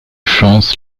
chance